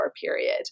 period